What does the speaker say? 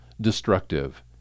destructive